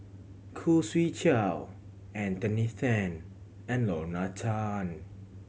Khoo Swee Chiow Anthony Then and Lorna Tan